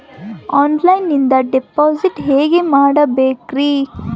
ಆನ್ಲೈನಿಂದ ಡಿಪಾಸಿಟ್ ಹೇಗೆ ಮಾಡಬೇಕ್ರಿ?